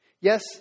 Yes